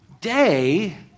day